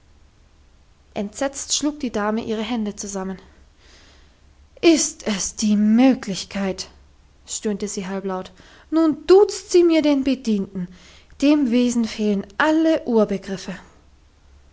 entsetzt schlug die dame ihre hände zusammen ist es die möglichkeit stöhnte sie halblaut nun duzt sie mir den bedienten dem wesen fehlen alle